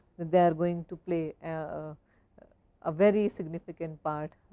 they are going to play a ah very significant part.